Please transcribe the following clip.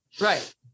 right